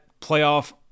playoff